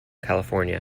california